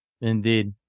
Indeed